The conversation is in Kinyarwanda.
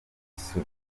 igisubizo